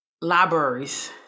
libraries